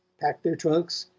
packed their trunks,